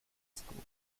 school